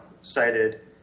cited